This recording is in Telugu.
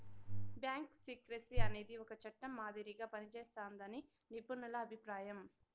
బ్యాంకు సీక్రెసీ అనేది ఒక చట్టం మాదిరిగా పనిజేస్తాదని నిపుణుల అభిప్రాయం